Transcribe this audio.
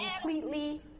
completely